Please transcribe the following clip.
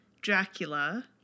dracula